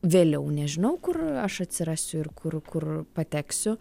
vėliau nežinau kur aš atsirasiu ir kur kur pateksiu